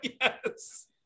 Yes